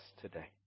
today